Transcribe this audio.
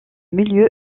milieu